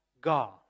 God